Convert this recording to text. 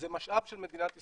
זה משאב של מדינת ישראל.